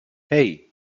hey